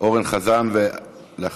אורן חזן, ואחריו,